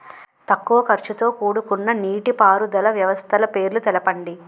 తక్కువ ఖర్చుతో కూడుకున్న నీటిపారుదల వ్యవస్థల పేర్లను తెలపండి?